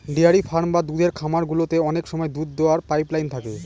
dairy farm বা দুধের খামার গুলোতে অনেক সময় দুধ দোওয়ার পাইপ লাইন থাকে